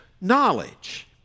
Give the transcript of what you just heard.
knowledge